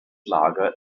lager